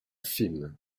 fismes